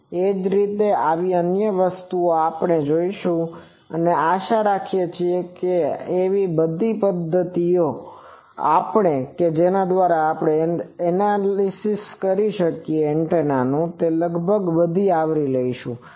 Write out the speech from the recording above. એ જ રીતે આવી અન્ય વસ્તુઓ આપણે હવે જોઈશું અને આશા રાખીએ કે એવી બધી પદ્ધતિઓ જેના દ્વારા એન્ટેનાનું એનાલિસીસ કરવામાં આવે છે તે આપણે લગભગ આવરી લીધું છે